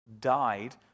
died